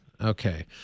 Okay